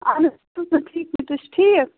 اہن حظ تُہۍ چھِو ٹھیٖک پٲٹھۍ تُہۍ چھِو ٹھیٖک